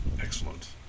Excellent